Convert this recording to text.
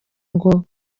ngo